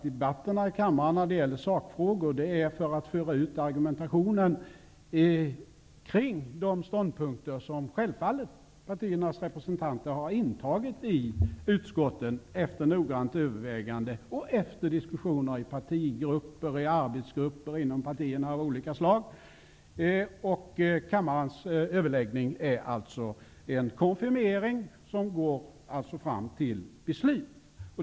Debatterna i kammaren om sakfrågor är till för att föra ut argumentationen kring de ståndpunkter som partiernas representanter har intagit i utskotten, efter noggrant övervägande och efter diskussioner i partigrupper och arbetsgrupper inom partierna av olika slag. Kammarens överläggning är en konfirmering som går fram till beslut.